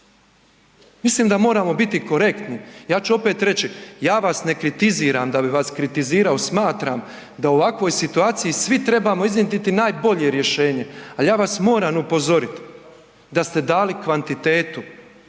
Mislim da moramo biti korektni. Ja ću opet reći, ja vas ne kritiziram, da bi vas kritizirao smatram da u ovakvoj situaciji svi trebamo iznjedriti najbolje rješenje. Al ja vas moram upozorit da ste dali kvantitetu,